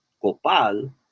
copal